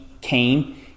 came